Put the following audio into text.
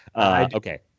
Okay